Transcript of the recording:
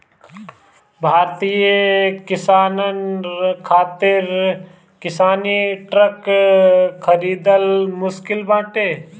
भारतीय किसानन खातिर किसानी ट्रक खरिदल मुश्किल बाटे